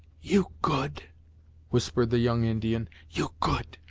you good whispered the young indian you good,